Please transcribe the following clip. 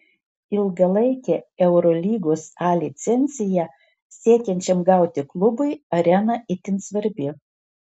ilgalaikę eurolygos a licenciją siekiančiam gauti klubui arena itin svarbi